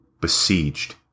besieged